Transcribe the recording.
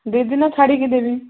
ଦୁଇ ଦିନ ଛାଡ଼ିକି ଦେବି